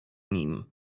nim